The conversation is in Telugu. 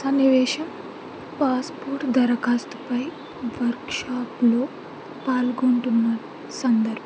సన్నివేశం పాస్పోర్ట్ దరఖాస్తుపై వర్క్షాప్లో పాల్గొంటున్న సందర్భం